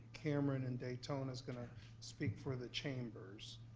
cameron in daytona is gonna speak for the chambers,